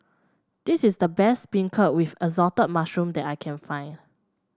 this is the best beancurd with assorted mushroom that I can find